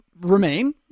remain